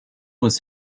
was